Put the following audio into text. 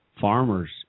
Farmers